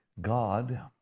God